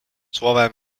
słowem